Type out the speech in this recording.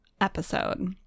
episode